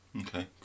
Okay